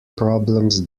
problems